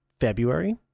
February